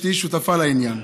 שתהיי שותפה לעניין.